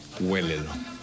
Huélelo